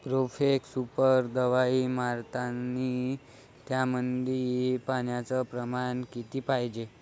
Profex super दवाई मारतानी त्यामंदी पान्याचं प्रमाण किती पायजे?